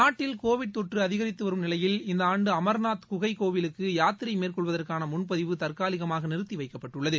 நாட்டில் கோவிட் தொற்று அதிகரித்து வரும் நிலையில் இந்த ஆண்டு அம்நாத் குகைக்கோவிலுக்கு யாத்திரை மேற்கொள்வதற்கான முன்பதிவு தற்காலிகமாக நிறுத்தி வைக்கப்பட்டுள்ளது